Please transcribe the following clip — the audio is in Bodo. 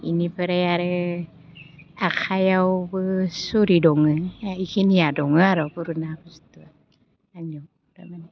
बेनिफ्राय आरो आखाइयावबो सुरि दङ बेखिनिया दङ आरो पुरुना बुस्तु आंनियाव तारमाने